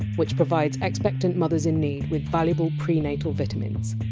which provides expectant mothers in need with valuable prenatal vitamins.